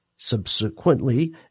Subsequently